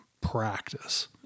practice